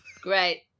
Great